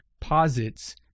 posits